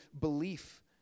belief